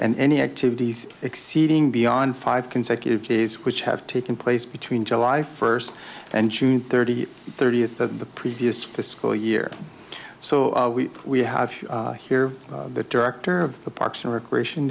and any activities exceeding beyond five consecutive days which have taken place between july first and june thirtieth thirtieth that the previous fiscal year so we have here the director of the parks and recreation